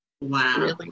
wow